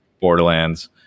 borderlands